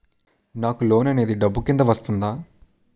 నాకు లోన్ అనేది డబ్బు కిందా వస్తుందా?